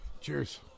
Cheers